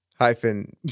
Hyphen